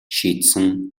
шийдсэн